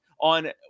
on